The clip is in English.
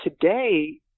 Today